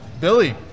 Billy